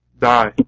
die